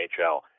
NHL